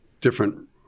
different